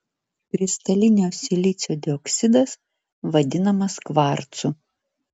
kristalinio silicio dioksidas vadinamas kvarcu